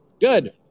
Good